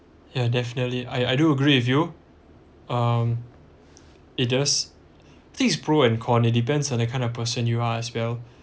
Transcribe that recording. yeah definitely I I do agree with you um it does think is pro and con it depends on the kind of person you are as well